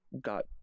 got